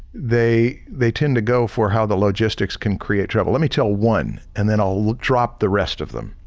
they they tend to go for how the logistics can create trouble. let me tell one and then i'll drop the rest of them.